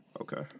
okay